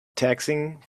taxing